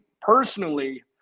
personally